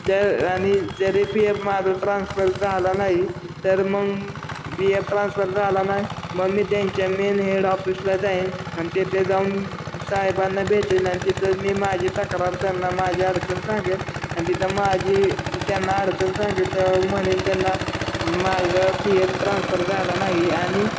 जर आणि जरी पी एफ माझं ट्रान्सफर झाला नाही तर मग पी एफ ट्रान्सफर झाला नाही मग मी त्यांच्या मेन हेड ऑफिसला जाईन आणि तिथे जाऊन साहेबांना भेटेन आणि तिथं मी माझी तक्रार त्यांना माझी अडचण सांगेन आणि तिथं माझी त्यांना अडचण सांगीतल्यावर म्हणेन त्यांना माझा पी एफ ट्रान्सफर झाला नाही आणि